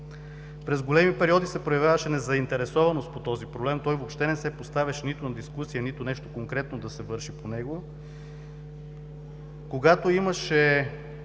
През големи периоди се проявяваше незаинтересованост по този проблем. Той въобще не се поставяше нито на дискусия, нито нещо конкретно да се върши по него. Когато имаше